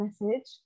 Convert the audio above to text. message